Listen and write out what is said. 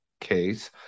case